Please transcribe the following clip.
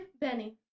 Benny